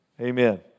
Amen